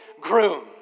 groom